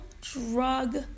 drug